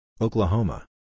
Oklahoma